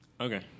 Okay